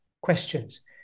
questions